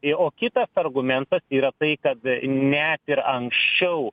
į o kitas argumentas yra tai kad net ir anksčiau